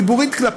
שלוש דקות.